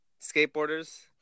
skateboarders